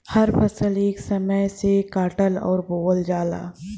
हर फसल एक समय से काटल अउर बोवल जाला